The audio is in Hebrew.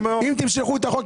אם תמשכו את החוק,